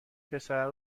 پسره